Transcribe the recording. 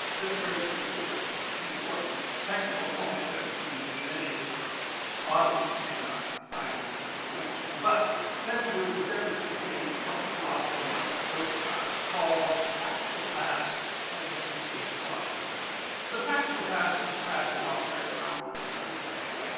this brings me to, i think, an important technical point that many of your audience may not find particularly interesting, but it has to do with the difference between what the philosopher michael oakeshott calls the practical past as against the historical past. the practical past is the past we all carry around with us every day. yeah